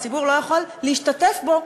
והציבור לא יכול להשתתף בהם,